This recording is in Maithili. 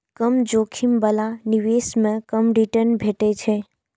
कम जोखिम बला निवेश मे कम रिटर्न भेटै छै